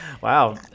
wow